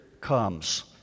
comes